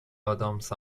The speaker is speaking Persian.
ادامس